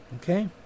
Okay